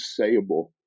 sayable